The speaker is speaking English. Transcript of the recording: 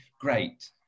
great